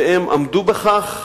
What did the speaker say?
והם עמדו בכך,